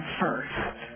first